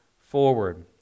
forward